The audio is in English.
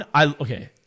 Okay